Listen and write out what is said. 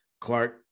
Clark